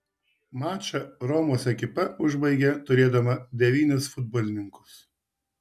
mačą romos ekipa užbaigė turėdama devynis futbolininkus